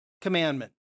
commandment